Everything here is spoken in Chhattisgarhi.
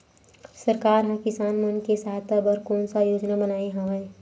सरकार हा किसान मन के सहायता बर कोन सा योजना बनाए हवाये?